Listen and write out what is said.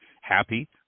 happy